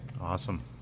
Awesome